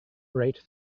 rate